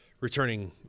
returning